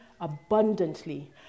abundantly